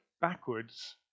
backwards